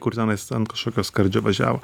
kur tenais ant kažkokio skardžio važiavo